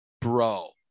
Bro